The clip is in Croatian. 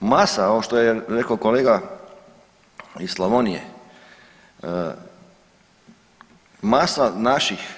Masa, ono što je rekao kolega iz Slavonije, masa naših